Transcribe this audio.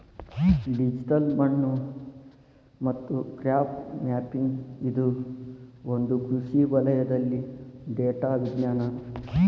digital ಮಣ್ಣು ಮತ್ತು crop mapping ಇದು ಒಂದು ಕೃಷಿ ವಲಯದಲ್ಲಿ ಡೇಟಾ ವಿಜ್ಞಾನ